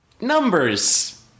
Numbers